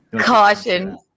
Caution